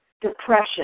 depression